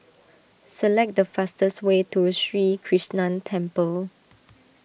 select the fastest way to Sri Krishnan Temple